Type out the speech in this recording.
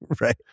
Right